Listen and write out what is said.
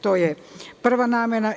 To je prva namena.